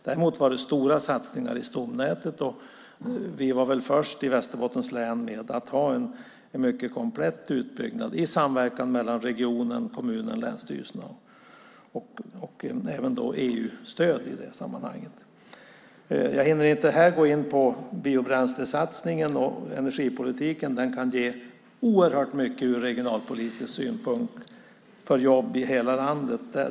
Däremot var det stora satsningar i stomnätet, och vi i Västerbottens län var väl först med att ha en mycket komplett utbyggnad i samverkan mellan regionen, kommunerna och länsstyrelsen. I sammanhanget fanns också EU-stöd. Jag hinner inte gå in på biobränslesatsningen och energipolitiken här, men den kan ge oerhört mycket ur regionalpolitisk synpunkt för jobb i hela landet.